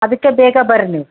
ಅದಕ್ಕೆ ಬೇಗ ಬರ್ರಿ ನೀವು